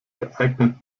geeignet